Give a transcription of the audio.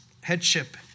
headship